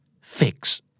Fix